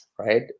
Right